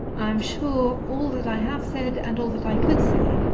i am sure, all that i have said, and all that i could say,